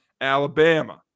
Alabama